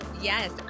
Yes